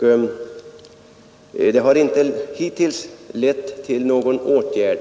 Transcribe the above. men det har inte hittills lett till någon åtgärd.